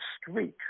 streak